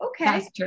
Okay